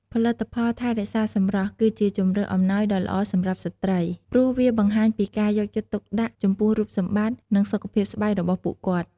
ផលិតផលថែរក្សាសម្រស់គឺជាជម្រើសអំណោយដ៏ល្អសម្រាប់ស្ត្រី ព្រោះវាបង្ហាញពីការយកចិត្តទុកដាក់ចំពោះរូបសម្ផស្ស និងសុខភាពស្បែករបស់ពួកគាត់។